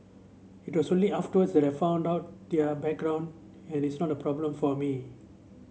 it was only afterwards that I found out their background and it is not a problem for me